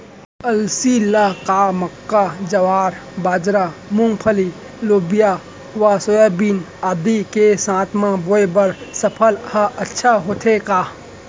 अलसी ल का मक्का, ज्वार, बाजरा, मूंगफली, लोबिया व सोयाबीन आदि के साथ म बोये बर सफल ह अच्छा होथे का?